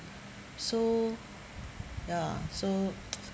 so ya so